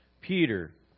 Peter